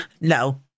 No